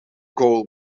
goal